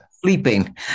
sleeping